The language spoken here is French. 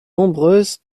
nombreuses